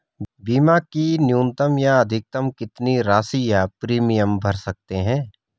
बीमा की न्यूनतम या अधिकतम कितनी राशि या प्रीमियम भर सकते हैं?